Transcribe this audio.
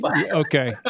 Okay